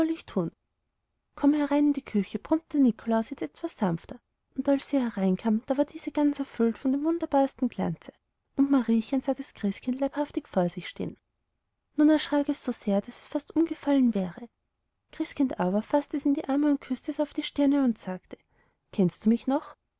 komm in die küche brummte der nikolaus jetzt etwas sanfter und als sie hineinkam da war diese ganz erfüllt von dem wunderbarsten glanze und mariechen sah das christkind leibhaftig vor sich stehen nun erschrak es so sehr daß es fast umgefallen wäre christkind aber faßte es in die arme küßte es auf die stirne und sagte kennst du mich noch